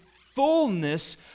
fullness